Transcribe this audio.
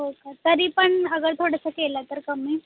हो का तरी पण अगर थोडंसं केलं तर कमी